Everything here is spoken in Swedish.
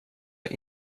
jag